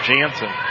Jansen